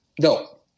No